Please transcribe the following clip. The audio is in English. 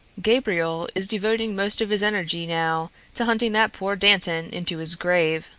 gabriel is devoting most of his energy now to hunting that poor dantan into his grave,